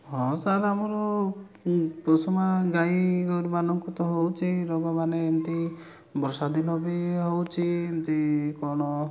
ହଁ ସାର୍ ଆମର ଗାଈଗୋରୁମାନଙ୍କୁ ତ ହେଉଛି ରୋଗମାନେ ଏମିତି ବର୍ଷା ଦିନ ବି ହେଉଛି ଏମିତି କ'ଣ